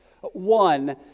One